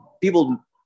people